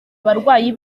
barwayi